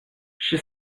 she